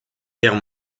guerre